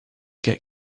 get